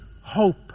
hope